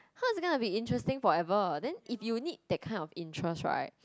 how it's gonna be interesting forever then if you need that kind of interest right